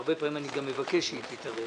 והרבה מאוד אני גם מבקש שהיא תתערב,